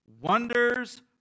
wonders